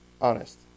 honest